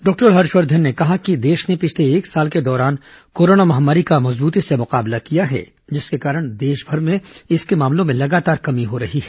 doctor Harshvardhan ने कहा है कि देश ने पिछले एक साल के दौरान कोरोना महामारी का मजबूती से मुकाबला किया है जिसके कारण देशभर में इसके मामलों में लगातार कमी हो रही है